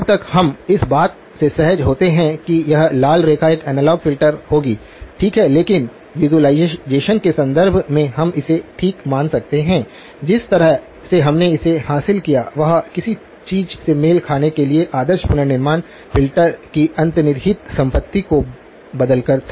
जब तक हम इस बात से सहज होते हैं कि यह लाल रेखा एक एनालॉग फ़िल्टर होगी ठीक है लेकिन विज़ुअलाइज़ेशन के संदर्भ में हम इसे ठीक मान सकते हैं जिस तरह से हमने इसे हासिल किया वह किसी चीज से मेल खाने के लिए आदर्श पुनर्निर्माण फ़िल्टर की अंतर्निहित संपत्ति को बदलकर था